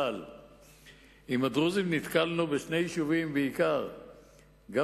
אבל עם הדרוזים נתקלנו בשני יישובים, גם בבית-ג'ן,